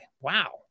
Wow